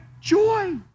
joy